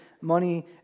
money